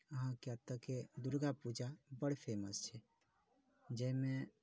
यहाँ के कि अतऽके दुर्गा पूजा बड़ फेमस छै जाहिमे